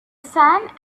sand